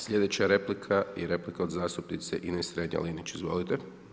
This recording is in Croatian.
Slijedeća replika je replika od zastupnice Ines Strenja-Linić, izvolite.